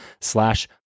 slash